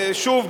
שוב,